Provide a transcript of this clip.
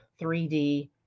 3d